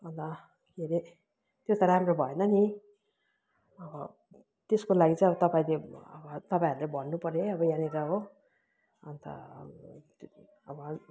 अन्त के अरे त्यो त राम्रो भएन नि अब त्यसको लागि चाहिँ अब तपाईँले तपाईँहरूले भन्नुपऱ्यो है अब यहाँनिर हो अन्त अब